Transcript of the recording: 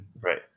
Right